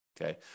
okay